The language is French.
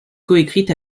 coécrite